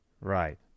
Right